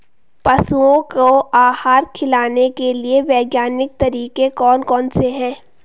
पशुओं को आहार खिलाने के लिए वैज्ञानिक तरीके कौन कौन से हैं?